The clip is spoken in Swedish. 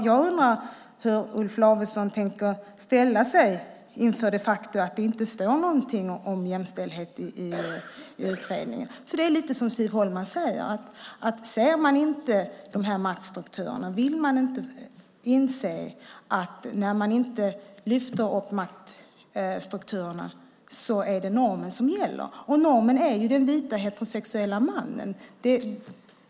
Jag undrar hur Olof Lavesson tänker ställa sig inför det faktum att det inte står något om jämställdhet i utredningen. Det är lite som Siv Holma säger: Ser man inte maktstrukturerna? Vill man inte inse att det blir normen som gäller om man inte lyfter fram maktstrukturerna? Normen är ju den vita heterosexuella mannen.